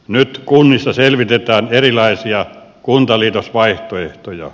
nyt kunnissa selvitetään erilaisia kuntaliitosvaihtoehtoja